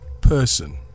person